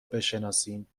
بشناسیم